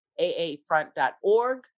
aafront.org